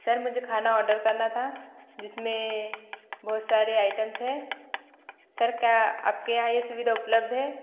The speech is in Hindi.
सर मुझे खाना ऑर्डर करना था जिसमें बहुत सारे आइटम्स हैं सर क्या आपके यहाँ ये सुविधा उपलब्ध है